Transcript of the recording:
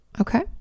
Okay